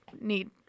need